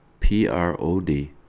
P-R-O-D